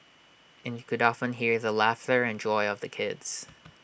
and you could often hear the laughter and joy of the kids